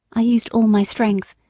i used all my strength,